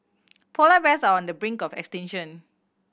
polar bears are on the brink of extinction